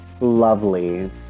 Lovely